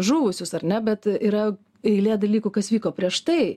žuvusius ar ne bet yra eilė dalykų kas vyko prieš tai